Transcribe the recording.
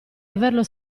averlo